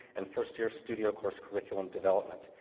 and first-year studio course curriculum development.